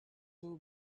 too